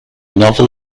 novel